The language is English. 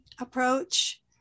approach